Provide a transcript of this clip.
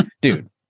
dude